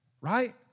right